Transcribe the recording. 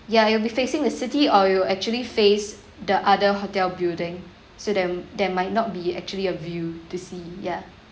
ya you'll be facing the city or you actually face the other hotel building so then there might not be actually a view to see ya